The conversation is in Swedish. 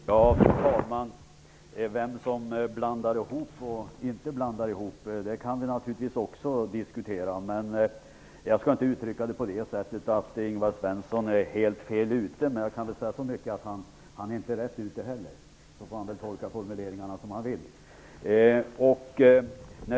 Fru talman! Vem som blandar ihop och inte blandar ihop kan vi naturligtvis också diskutera. Jag skall inte uttrycka det på det sättet att Ingvar Svensson är helt fel ute, men jag kan väl säga så mycket som att han inte heller är rätt ute. Sedan får han väl tolka formuleringarna som han vill.